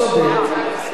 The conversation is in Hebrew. כל הצבעה יכול.